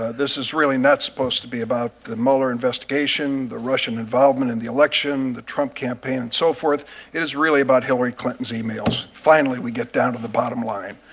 ah this is really not supposed to be about the mueller investigation, the russian involvement in the election, the trump campaign and so forth it is really about hillary clinton's emails. finally, we get down to the bottom line